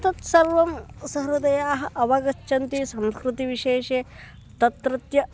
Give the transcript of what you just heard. तत् सर्वं सहृदयाः अवगच्छन्ति संस्कृतिविशेषे तत्रत्य